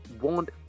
warned